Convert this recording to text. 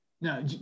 now